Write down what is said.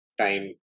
time